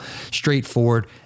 straightforward